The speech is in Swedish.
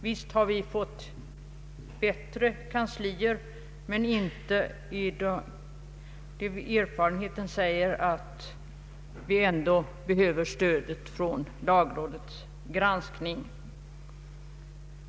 Visst har vi fått bättre kanslier, men erfarenheten säger att vi ändå behöver stödet från lagrådets granskning.